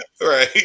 Right